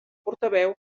portaveu